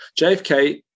JFK